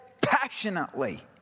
passionately